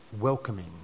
welcoming